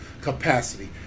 capacity